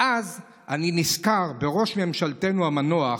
ואז אני נזכר בראש ממשלתנו המנוח,